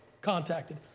contacted